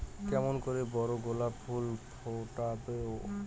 কেমন করে বড় গোলাপ ফুল ফোটাব?